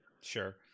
Sure